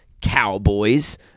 Cowboys